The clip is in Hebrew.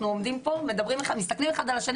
אנחנו יושבים פה, מסתכלים אחד על השני